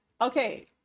okay